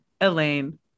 Elaine